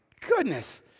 goodness